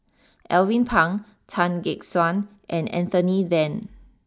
Alvin Pang Tan Gek Suan and Anthony then